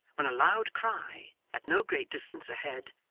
when a loud cry at no great distance ahead,